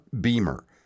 Beamer